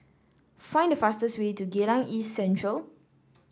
find the fastest way to Geylang East Central